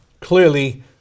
Clearly